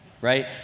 right